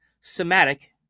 Somatic